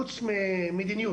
חוץ ממדיניות.